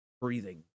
breathing